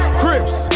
crips